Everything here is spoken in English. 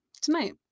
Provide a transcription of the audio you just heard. tonight